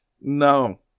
No